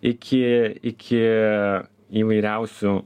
iki iki įvairiausių